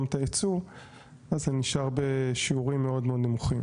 את היצוא אז זה נשאר בשיעורים מאוד מאוד נמוכים.